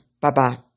Bye-bye